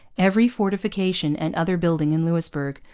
every fortification and other building in louisbourg,